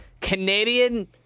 Canadian